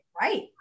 right